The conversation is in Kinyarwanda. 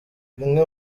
bimwe